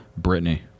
Britney